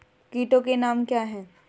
कीटों के नाम क्या हैं?